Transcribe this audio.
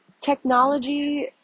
technology